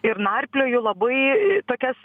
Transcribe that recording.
ir narplioju labai tokias